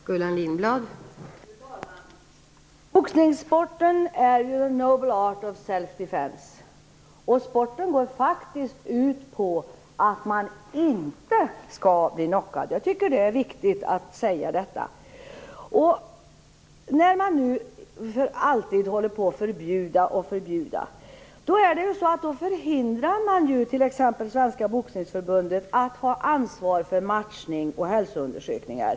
Fru talman! Boxningssporten är ju a nobel art of self defence. Den går faktiskt ut på att man inte skall bli knockad. Det är viktigt att säga detta. När man nu alltid håller på att förbjuda och förbjuda då förhindrar man ju Svenska boxningsförbundet att ta ansvar för matchning och hälsoundersökningar.